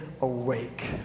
awake